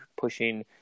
pushing